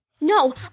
No